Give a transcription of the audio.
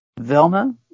Velma